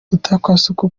mutakwasuku